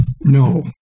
no